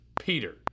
Peter